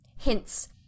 HINTS